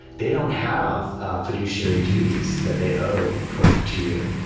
they don't have fiduciary duties that they owe toward to you.